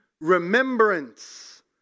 Remembrance